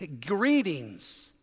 greetings